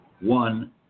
one